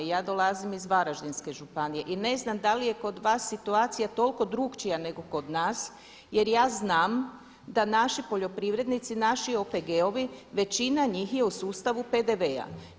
Ja dolazim iz Varaždinske županije i ne znam da li je kod vas situacija toliko drukčija nego kod nas jer ja znam da naši poljoprivrednici, naši OPG-ovi većina njih je u sustavu PDV-a.